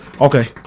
Okay